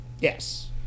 yes